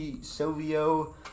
Silvio